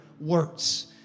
words